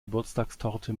geburtstagstorte